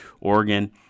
Oregon